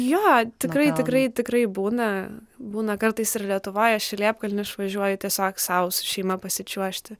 jo tikrai tikrai tikrai būna būna kartais ir lietuvoje aš į liepkalnį išvažiuoju tiesiog sau su šeima pasičiuožti